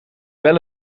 wel